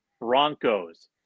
Broncos